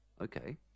okay